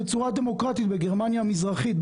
בצורה דמוקרטית בגרמניה המזרחית.